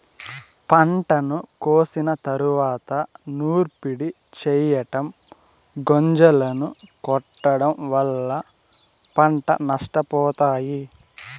పంటను కోసిన తరువాత నూర్పిడి చెయ్యటం, గొంజలను కొట్టడం వల్ల పంట నష్టపోతారు